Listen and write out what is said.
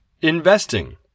Investing